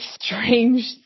strange